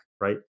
right